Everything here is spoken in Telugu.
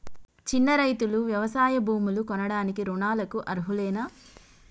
చిన్న రైతులు వ్యవసాయ భూములు కొనడానికి రుణాలకు అర్హులేనా?